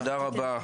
תודה רבה.